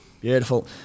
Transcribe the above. beautiful